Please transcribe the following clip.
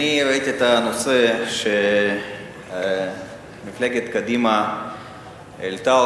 אני ראיתי את הנושא שמפלגת קדימה העלתה,